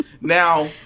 Now